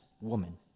woman